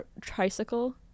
tricycle